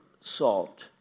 salt